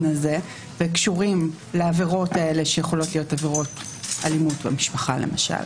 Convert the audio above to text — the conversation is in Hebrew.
הזה וקשורים לעבירות האלה שיכולות להיות עבירות אלימות במשפחה למשל.